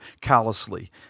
callously